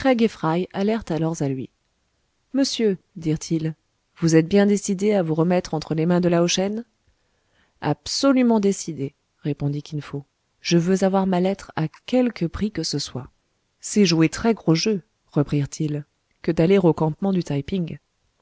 fry allèrent alors à lui monsieur dirent-ils vous êtes bien décidé à vous remettre entre les mains de lao shen absolument décidé répondit kin fo je veux avoir ma lettre à quelque prix que ce soit c'est jouer très gros jeu reprirent-ils que d'aller au campement du taï ping